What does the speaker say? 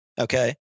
Okay